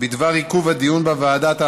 בדבר עיכוב הדיון בוועדת העבודה,